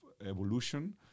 evolution